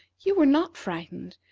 you were not frightened,